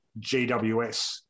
GWS